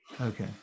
Okay